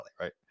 right